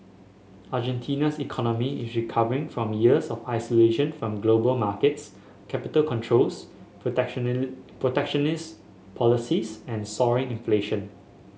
Argentina's economy is recovering from years of isolation from global markets capital controls protectionist policies and soaring inflation